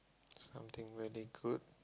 something really good